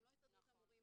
לא הסתדרות המורים.